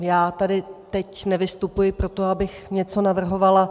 Já tady teď nevystupuji proto, abych něco navrhovala.